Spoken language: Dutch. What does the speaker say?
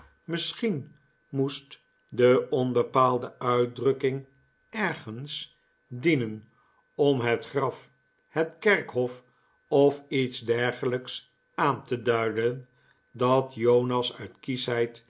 misschien moest de onbepaalde uitdrukking ergens dierien om het graf het kerkhof of iets dergelijks aan te duiden dat jonas uit